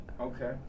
Okay